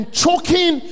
choking